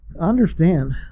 understand